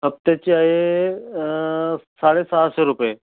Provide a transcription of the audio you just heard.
हप्त्याची आहे साडेसहाशे रुपये